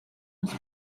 els